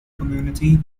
community